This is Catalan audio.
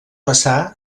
passar